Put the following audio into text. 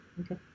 Okay